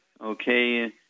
okay